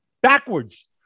backwards